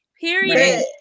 Period